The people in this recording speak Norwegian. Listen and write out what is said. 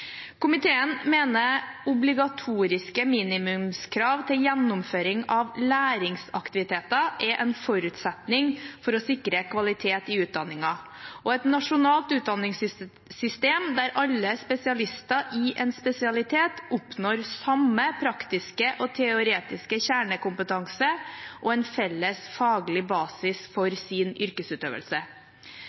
Komiteen mener obligatoriske minimumskrav til gjennomføring av læringsaktiviteten er en forutsetning for å sikre kvalitet i utdanningen og et nasjonalt utdanningssystem der alle spesialister i en spesialitet oppnår samme praktiske og teoretiske kjernekompetanse og en felles faglig basis for sin yrkesutøvelse.